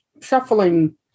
shuffling